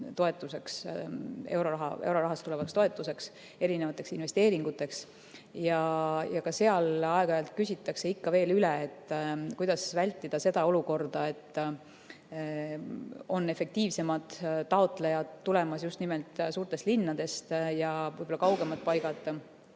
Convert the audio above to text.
miljoneid eurorahast tulevaks toetuseks, erinevateks investeeringuteks. Ka seal aeg-ajalt küsitakse ikka veel üle, kuidas vältida seda olukorda, et on efektiivsemad taotlejad tulemas just nimelt suurtest linnadest ja kaugemad paigad